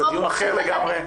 זה דיון אחר לגמרי.